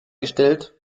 gestellt